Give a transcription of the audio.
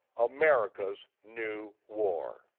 america's new war.